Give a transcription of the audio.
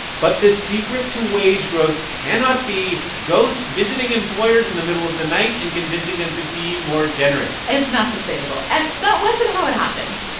but the secret to wage growth cannot be ghosts visiting employers in the middle of the night and convincing them to be more generous it's not sustainable. and that wasn't how it happened.